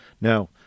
Now